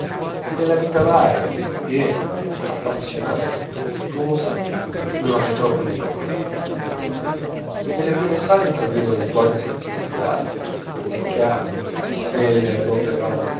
e della vita varia piena appassionata tumultuosa d'una metropoli enorme nelle prime sale intravvedo i quadri sentimentali leccati del